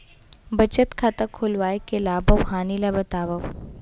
बचत खाता खोलवाय के लाभ अऊ हानि ला बतावव?